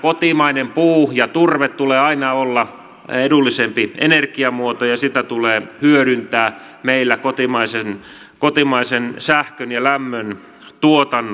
kotimaisen puun ja turpeen tulee aina olla edullisempia energiamuotoja ja niitä tulee hyödyntää meillä kotimaisen sähkön ja lämmön tuotannossa